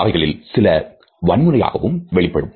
அவைகளில் சில வன்முறையாகவும் வெளிப்படும்